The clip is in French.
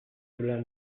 cela